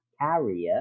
Carrier